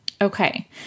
Okay